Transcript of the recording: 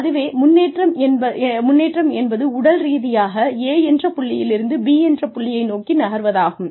அதுவே முன்னேற்றம் என்பது உடல் ரீதியாக A என்ற புள்ளியிலிருந்து B என்ற புள்ளியை நோக்கி நகர்வதாகும்